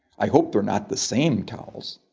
i hope they're not the same towels.